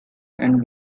and